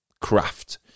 craft